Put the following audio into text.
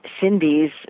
Cindy's